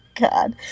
God